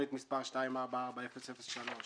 תוכנית מספר 244003